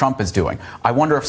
trump is doing i wonder if